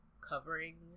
covering